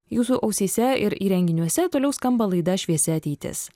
jūsų ausyse ir įrenginiuose toliau skamba laida šviesi ateitis